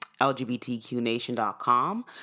lgbtqnation.com